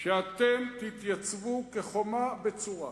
שאתם תתייצבו כחומה בצורה.